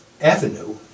avenue